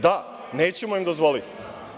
Da, nećemo im dozvoliti.